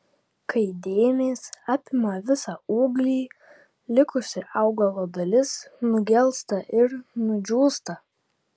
kai dėmės apima visą ūglį likusi augalo dalis nugelsta ir nudžiūsta